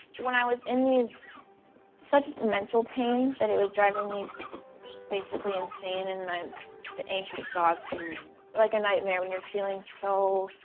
when i was in such mental pain that it was driving me basically insane and the anxious thoughts, and like a nightmare when you're feeling so,